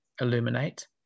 illuminate